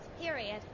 period